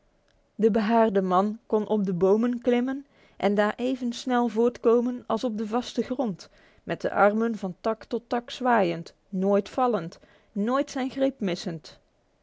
de behaarde man kon op de bomen klimmen en daar even snel voortkomen als op de vaste grond met de armen van tak tot tak zwaaiend nooit vallend nooit zijn greep missend